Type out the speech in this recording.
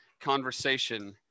conversation